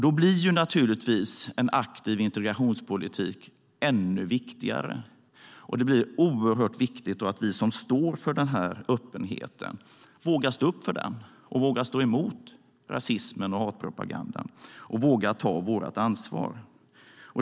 Då blir naturligtvis en aktiv integrationspolitik ännu viktigare, och det blir oerhört viktigt att vi som står för öppenheten vågar stå upp för den, vågar stå emot rasismen och hatpropagandan och vågar ta vårt ansvar.